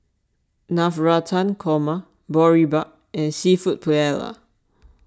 Navratan Korma Boribap and Seafood Paella